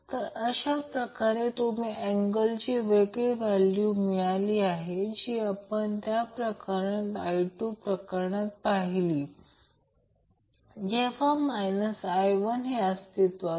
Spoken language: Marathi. तर आणि 0 असे मानून आणि ω साठी सोडवा आपल्याला जेव्हा VL जास्तीत जास्त असतो तेव्हाचे ω चे मूल्य मिळते म्हणजे याचा अर्थ d VLd ω हे असेल